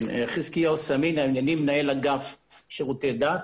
כן, חזקיהו סאמין, אני מנהל אגף שירותי דת